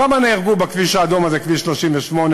כמה נהרגו בכביש האדום הזה, כביש 38,